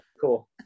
cool